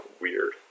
weird